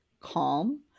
calm